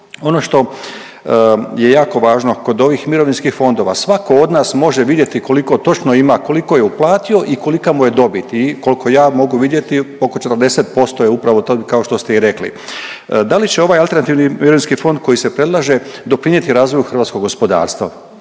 Ono što je jako važno kod ovih mirovinskih fondova, svatko od nas može vidjeti koliko točno ima, koliko je uplatio i kolika mu je dobit i koliko ja mogu vidjeti oko 40% je upravo to, kao što ste i rekli. Da li će ovaj alternativni mirovinski fond koji se predlaže doprinijeti razvoju hrvatskog gospodarstva?